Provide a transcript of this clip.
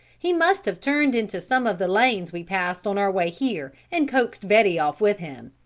he must have turned into some of the lanes we passed on our way here, and coaxed betty off with him.